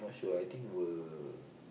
not sure I think will